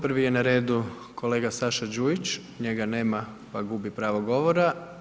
Prvi je na redu kolega Saša Đujić, njega nema, pa gubi pravo govora.